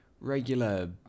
regular